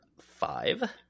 five